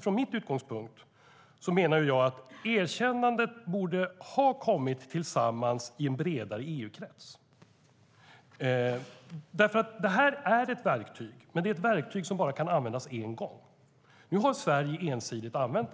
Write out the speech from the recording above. Från min utgångspunkt menar jag att erkännandet borde ha gjorts tillsammans i en bredare EU-krets. Detta är ett verktyg, men det är ett verktyg som kan användas bara en gång. Nu har Sverige ensidigt använt